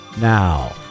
Now